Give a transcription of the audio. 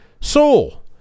soul